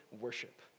worship